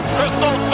Crystal